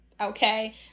okay